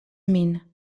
min